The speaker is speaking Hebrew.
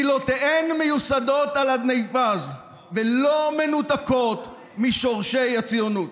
מילותיהם מיוסדות על אדני פז ולא מנותקות משורשי הציונות.